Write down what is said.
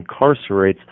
incarcerates